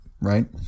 right